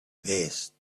paste